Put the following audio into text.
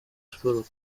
sports